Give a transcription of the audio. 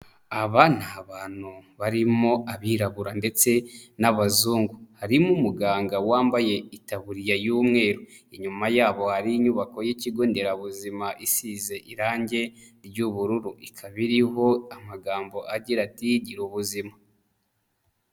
Aba ni abantu barimo abirabura ndetse n'abazungu. Harimo umuganga wambaye itaburiya y'umweru, inyuma yabo hari inyubako y'ikigonderabuzima isize irange ry'ubururu, ikaba iriho amagambo agira ati gira ubuzima.